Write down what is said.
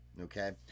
okay